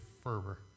fervor